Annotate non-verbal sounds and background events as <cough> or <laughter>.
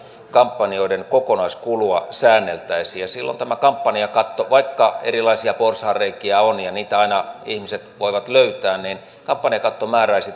kampanjoiden kokonaiskulua säänneltäisiin silloin tämä kampanjakatto vaikka erilaisia porsaanreikiä on ja niitä aina ihmiset voivat löytää määräisi <unintelligible>